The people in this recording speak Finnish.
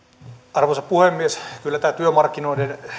arvoisa puhemies kyllä tämä työmarkkinoiden